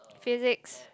Physics